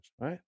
right